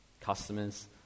Customers